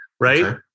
right